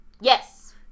Yes